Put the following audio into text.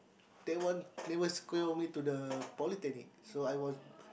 that one they were secure me to the Polytechnic so I was